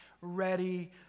ready